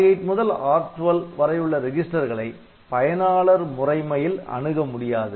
R8 முதல் R12 வரையுள்ள register களை பயனாளர் முறைமையில் அணுக முடியாது